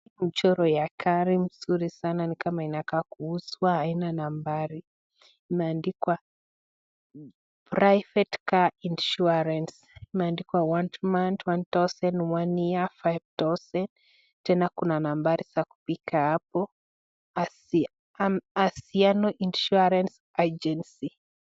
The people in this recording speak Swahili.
Mchoro ya gari mzuri sana ni kama inakaa kuuzwa, haina nambari. Imeandikwa '(cs)Private Car Insurance(cs)'. Imeandikwa 'One Month, One Thousand', 'One Year, Five Thousand'. Tena kuna nambari za kupiga hapo. (cs)Anziano Insurance Agency(cs).